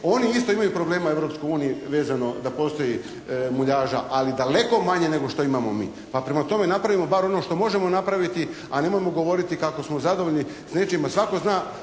Oni isto imaju problema u Europskoj uniji vezano da postoji muljaža, ali daleko manje nego što imamo mi. Pa prema tome napravimo bar ono što možemo napraviti, a nemojmo govoriti kako smo zadovoljni s nečim.